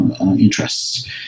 interests